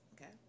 okay